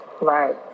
Right